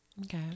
Okay